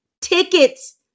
tickets